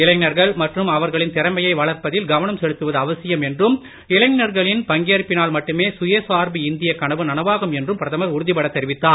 இளைஞர்கள் மற்றும் அவர்களின் திறமையை வளர்ப்பதில் கவனம் செலுத்துவது அவசியம் என்றும் இளைஞர்களின் பங்கேற்பினால் மட்டுமே சுயசார்பு இந்தியக் கனவு நனவாகும் என்றும் பிரதமர் உறுதிபடத் தெரிவித்தார்